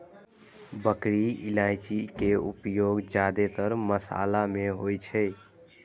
बड़की इलायची के उपयोग जादेतर मशाला मे होइ छै